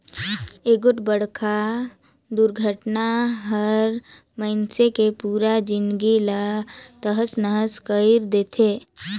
एगोठ बड़खा दुरघटना हर मइनसे के पुरा जिनगी ला तहस नहस कइर देथे